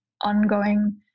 ongoing